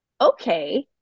Okay